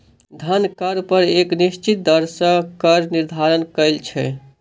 धन कर पर एक निश्चित दर सॅ कर निर्धारण कयल छै